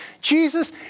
Jesus